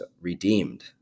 redeemed